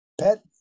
PET